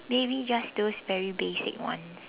maybe just those very basic one